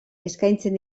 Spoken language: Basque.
eskaintzen